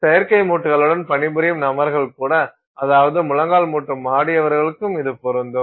எனவே செயற்கை மூட்டுகளுடன் பணிபுரியும் நபர்கள் கூட அதாவது முழங்கால் மூட்டு மாற்றியவர்களுக்கும் இது பொருந்தும்